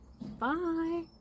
bye